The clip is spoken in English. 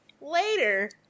later